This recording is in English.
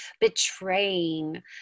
betraying